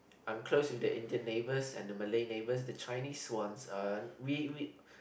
I am close with the Indian neighbours and the Malay neighbours the Chinese ones aren't we we